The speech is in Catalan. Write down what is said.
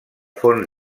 fons